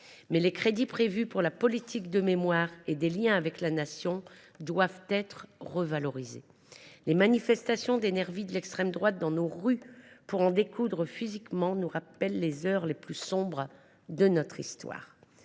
les crédits prévus pour la mémoire et les liens avec la Nation doivent être revalorisés. Les manifestations des nervis de l’extrême droite dans nos rues, qui cherchent à en découdre physiquement, nous rappellent les heures les plus sombres de notre Histoire.